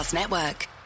network